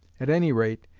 at any rate,